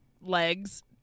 legs